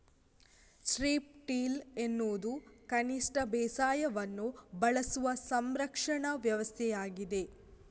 strip till ಎನ್ನುವುದು ಕನಿಷ್ಟ ಬೇಸಾಯವನ್ನು ಬಳಸುವ ಸಂರಕ್ಷಣಾ ವ್ಯವಸ್ಥೆಯಾಗಿದೆ